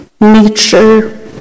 Nature